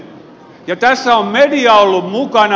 tässä on media ollut mukana